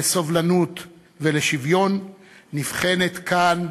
לסובלנות ולשוויון נבחנת כאן,